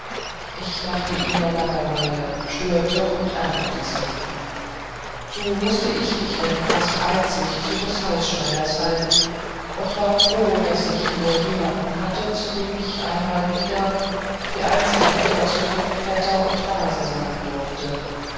ich machte ihr nur langeweile störte und ärgerte sie so mußte ich mich denn fast einzig zu des hausschneiders halten und war froh daß ich nur jemand hatte zu dem ich einmal wieder wie einst in egloffsbronn vetter und base sagen durfte